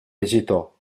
esitò